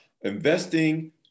investing